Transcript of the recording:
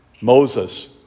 Moses